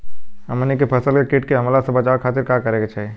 हमनी के फसल के कीट के हमला से बचावे खातिर का करे के चाहीं?